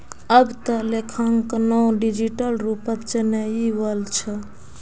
अब त लेखांकनो डिजिटल रूपत चनइ वल छ